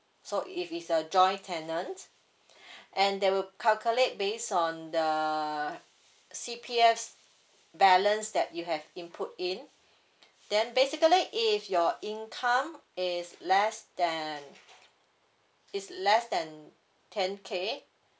so if it's a joint tenant and they will calculate base on the C_P_F's balance that you have input in then basically if your income is less than is less than ten K